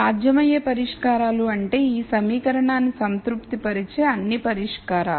సాధ్యమయ్యే పరిష్కారాలు అంటే ఈ సమీకరణాన్ని సంతృప్తిపరిచే అన్ని పరిష్కారాలు